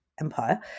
empire